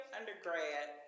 undergrad